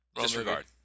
Disregard